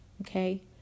Okay